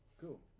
Cool